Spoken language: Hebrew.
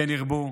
כן ירבו.